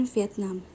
Vietnam